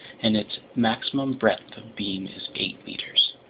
and its maximum breadth of beam is eight meters.